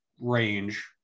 range